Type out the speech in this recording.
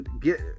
get